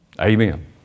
Amen